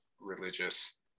religious